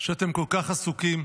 שאתם כל כך עסוקים,